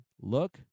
look